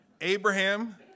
Abraham